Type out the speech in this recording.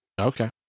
Okay